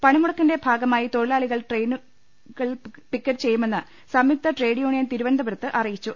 പണിമുടക്കിന്റെ ഭാഗമായി തൊഴിലാളികൾ ട്രെയിനു കൾ പിക്കറ്റ് ചെയ്യുമെന്ന് സംയുക്ത ട്രേഡ് യൂണിയൻ തിരുവനന്തപുരത്ത് അറിയിച്ചു